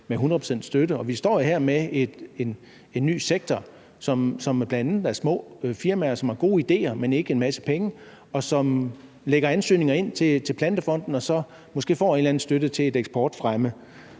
med 100 pct. støtte. Og vi står jo her med en ny sektor, som bl.a. er små firmaer, som har gode idéer, men ikke en masse penge, og som sender ansøgninger ind til Plantefonden og så måske får en eller anden støtte til eksportfremme.